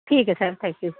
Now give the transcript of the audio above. ਠੀਕ ਹੈ sir thank you